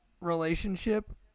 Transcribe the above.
relationship